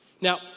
Now